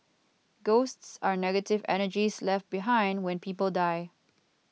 ghosts are negative energies left behind when people die